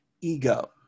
ego